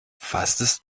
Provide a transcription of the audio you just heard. fastest